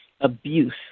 abuse